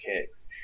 kicks